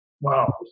Wow